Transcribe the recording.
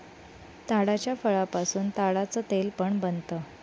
ताडाच्या फळापासून ताडाच तेल पण बनत